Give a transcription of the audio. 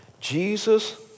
Jesus